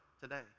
today